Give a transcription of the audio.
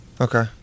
Okay